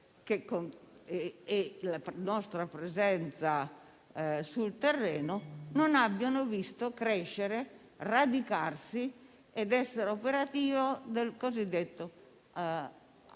e la nostra presenza sul terreno non abbiano visto crescere, radicarsi ed essere operativo il cosiddetto ISIS-K.